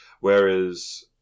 Whereas